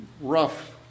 rough